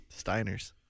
Steiners